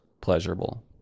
pleasurable